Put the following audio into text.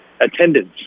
attendance